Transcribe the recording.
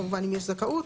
כמובן אם יש זכאות,